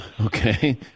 Okay